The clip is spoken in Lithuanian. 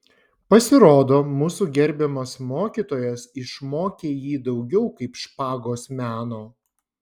pasirodo mūsų gerbiamas mokytojas išmokė jį daugiau kaip špagos meno